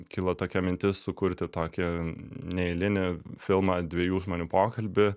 kilo tokia mintis sukurti tokį neeilinį filmą dviejų žmonių pokalbį